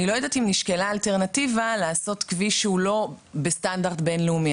אני לא יודעת אם נשקלה האלטרנטיבה לעשות כביש שהוא לא בסטנדרט בינלאומי.